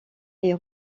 est